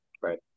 Right